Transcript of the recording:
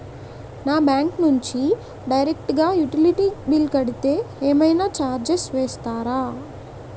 నా బ్యాంక్ నుంచి డైరెక్ట్ గా యుటిలిటీ బిల్ కడితే ఏమైనా చార్జెస్ వేస్తారా?